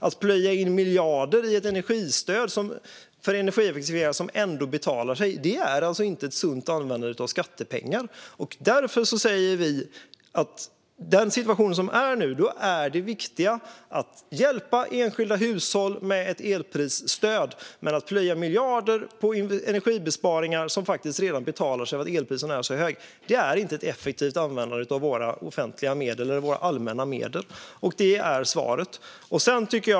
Att plöja ned miljarder för energieffektiviseringar som ändå betalar sig är alltså inte ett sunt användande av skattepengar. Därför säger vi att i den situation som vi är i nu är det viktiga att hjälpa enskilda hushåll med ett elprisstöd. Men att plöja ned miljarder i energibesparingar som redan betalar sig för att elpriserna är så höga är inte ett effektivt användande av våra offentliga medel eller våra allmänna medel. Det är svaret.